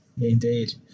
indeed